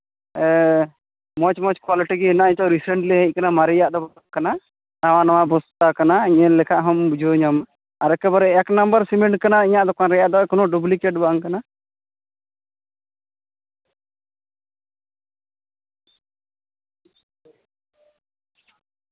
ᱢᱚᱡᱽ ᱢᱚᱡᱽ ᱠᱚᱣᱟᱞᱤᱴᱤ ᱜᱮ ᱦᱮᱱᱟᱜᱼᱟ ᱱᱤᱛᱳᱜ ᱨᱤᱥᱮᱱᱴ ᱜᱮ ᱦᱮᱡ ᱟᱠᱟᱱᱟ ᱢᱟᱨᱮᱭᱟᱜ ᱫᱚ ᱵᱟᱝ ᱠᱟᱱᱟ ᱱᱟᱣᱟ ᱱᱟᱣᱟ ᱵᱚᱥᱛᱟ ᱠᱟᱱᱟ ᱧᱮᱞ ᱞᱮᱠᱷᱟᱡ ᱦᱚᱢ ᱵᱩᱡᱷᱟᱹᱣ ᱧᱟᱢᱟ ᱟᱨ ᱮᱠᱮᱵᱟᱨᱮ ᱮᱠ ᱱᱟᱢᱵᱟᱨ ᱥᱤᱢᱮᱱᱴ ᱠᱟᱱᱟ ᱤᱧᱟᱹᱜ ᱫᱚᱠᱟᱱ ᱨᱮᱭᱟᱜ ᱫᱚ ᱠᱳᱱᱳ ᱰᱩᱵᱞᱤᱠᱮᱴ ᱵᱟᱝ ᱠᱟᱱᱟ